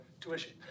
tuition